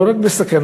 לא רק בסכנה,